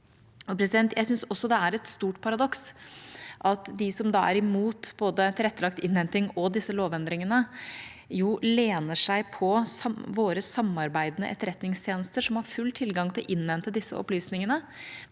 Jeg syns også det er et stort paradoks at de som er imot både tilrettelagt innhenting og disse lovendringene, lener seg på våre samarbeidende etterretningstjenester, som har full tilgang til å innhente disse opplysningene.